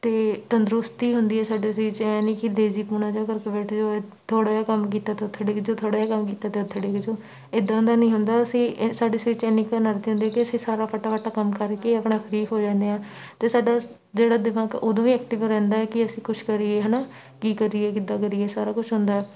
ਅਤੇ ਤੰਦਰੁਸਤੀ ਹੁੰਦੀ ਹੈ ਸਾਡੇ ਸਰੀਰ 'ਚ ਐਂ ਨਹੀਂ ਕਿ ਦੇਜੀਪੂਣਾ ਜਿਹਾ ਕਰਕੇ ਬੈਠੇ ਰਹੋ ਥੋੜ੍ਹਾ ਜਿਹਾ ਕੰਮ ਕੀਤਾ ਤਾਂ ਉੱਥੇ ਡਿੱਗ ਜਾਉ ਥੋੜ੍ਹਾ ਜਿਹਾ ਕੰਮ ਕੀਤਾ ਤਾਂ ਉੱਥੇ ਡਿੱਗ ਜਾਉ ਇੱਦਾਂ ਦਾ ਨਹੀਂ ਹੁੰਦਾ ਅਸੀਂ ਸਾਡੇ ਸਰੀਰ 'ਚ ਐਨੀ ਕੁ ਐਨਰਜੀ ਹੁੰਦੀ ਕਿ ਅਸੀਂ ਸਾਰਾ ਫਟਾਫਟ ਕੰਮ ਕਰਕੇ ਆਪਣਾ ਫਰੀ ਹੋ ਜਾਂਦੇ ਹਾਂ ਅਤੇ ਸਾਡਾ ਜਿਹੜਾ ਦਿਮਾਗ ਉਦੋਂ ਵੀ ਐਕਟਿਵ ਰਹਿੰਦਾ ਕਿ ਅਸੀਂ ਕੁਛ ਕਰੀਏ ਹੈ ਨਾ ਕੀ ਕਰੀਏ ਕਿੱਦਾਂ ਕਰੀਏ ਸਾਰਾ ਕੁਛ ਹੁੰਦਾ